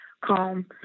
calm